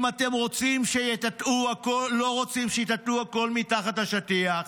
אם אתם לא רוצים שיטאטאו הכול מתחת לשטיח,